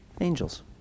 angels